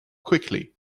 quickly